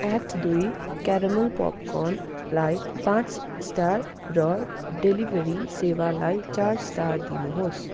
act दुई caramel पपकर्नलाई पाँच स्टार र डेलिभरी सेवालाई चार स्टार दिनुहोस्